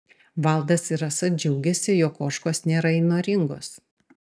valdas ir rasa džiaugiasi jog ožkos nėra įnoringos